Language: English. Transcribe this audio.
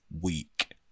week